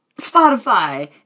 Spotify